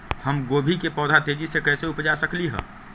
हम गोभी के पौधा तेजी से कैसे उपजा सकली ह?